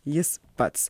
jis pats